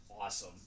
awesome